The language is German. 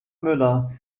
müller